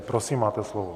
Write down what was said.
Prosím, máte slovo.